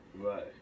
Right